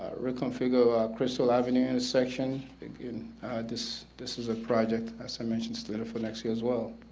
reconfigure crystal avenue intersection in this this is a project as i mentioned slated for next year as well.